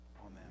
Amen